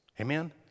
Amen